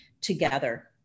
together